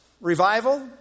Revival